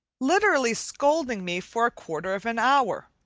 literally scolding me for a quarter of an hour.